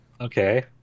okay